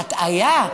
הטעיה,